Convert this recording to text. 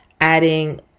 adding